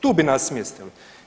Tu bi nas smjestili.